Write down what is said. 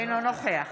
אינו נוכח